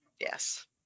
Yes